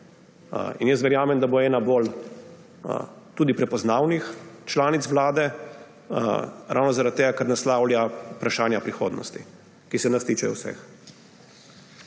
In jaz verjamem, da bo ena tudi bolj prepoznavnih članic Vlade ravno zaradi tega, ker naslavlja vprašanja prihodnosti, ki se nas tičejo vseh.